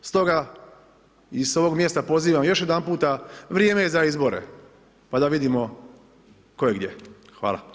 Stoga i s ovog mjesta pozivam još jedanput, vrijeme je za izbore pa da vidimo tko je gdje.